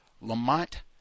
Lamont